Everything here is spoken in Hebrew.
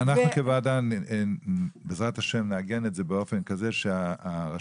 אנחנו כוועדה בעזרת השם נעגן את זה באופן כזה שהרשות